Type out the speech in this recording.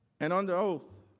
and under oath.